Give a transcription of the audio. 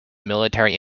military